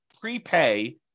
prepay